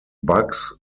bugs